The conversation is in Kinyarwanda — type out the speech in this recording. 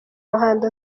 muhando